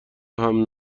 راهم